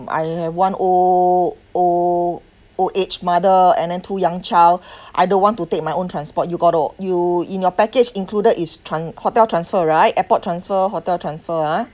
I have one old old old age mother and then two young child I don't want to take my own transport you got oh you in your package included is tran~ hotel transfer right airport transfer hotel transfer ah